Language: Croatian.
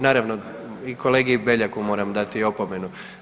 Naravno i kolegi Beljaku moram dati opomenu.